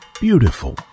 beautiful